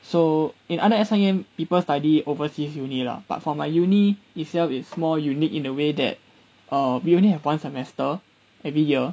so in other S_I_M people study overseas uni lah but for my uni itself it's more unique in a way that err we only have one semester every year